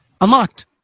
Unlocked